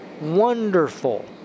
wonderful